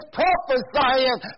prophesying